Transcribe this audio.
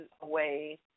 away